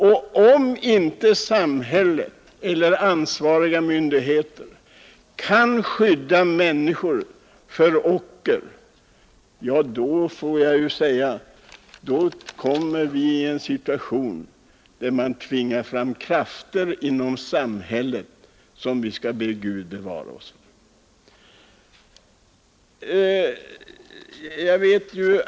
Och om inte de ansvariga myndigheterna kan skydda människorna mot ocker hamnar vi i en situation, där vi lösgör krafter i samhället som vi skall be Gud bevara oss för.